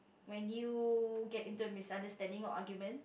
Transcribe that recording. when you get into a misunderstanding or argument